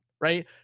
right